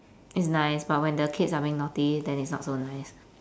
it's nice but when the kids are being naughty then it's not so nice